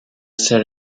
ser